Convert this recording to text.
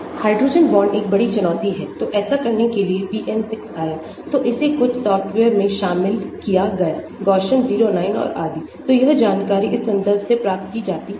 hydrogen bond एक बड़ी चुनौती है तो ऐसा करने के लिए PM 6 आया तो इसे कुछ सॉफ्टवेयर्स में शामिल किया गया Gaussian 09 और आदि तो यह जानकारी इस संदर्भ से प्राप्त की जाती है